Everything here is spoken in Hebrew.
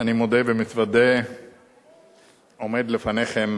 אני מודה ומתוודה שעומד לפניכם